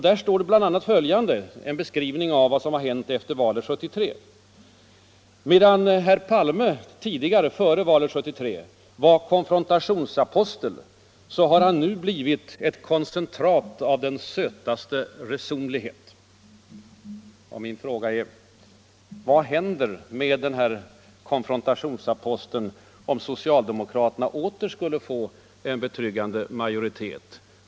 Där finns bl.a. följande beskrivning av vad som hänt efter valet 1973: Medan herr Palme tidigare, före valet 1973, var konfrontationsapostel har han nu blivit ett koncentrat av den sötaste resonlighet. Min fråga är: Vad händer om socialdemokraterna åter skulle få en betryggande majoritet?